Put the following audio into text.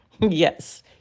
yes